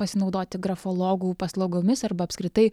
pasinaudoti grafologų paslaugomis arba apskritai